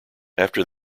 after